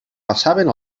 passaven